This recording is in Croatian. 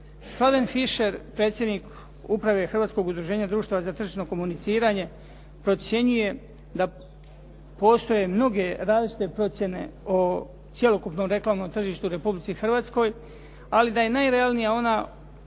Slaven Fisher, predsjednik uprave Hrvatskog udruženja društava za tržišno komuniciranje procjenjuje da postoje mnoge različite procjene o cjelokupnom reklamnom tržištu u Republici Hrvatskoj, ali da je najrealnija ona